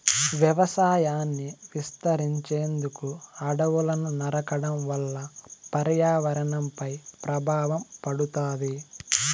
వ్యవసాయాన్ని విస్తరించేందుకు అడవులను నరకడం వల్ల పర్యావరణంపై ప్రభావం పడుతాది